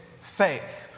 faith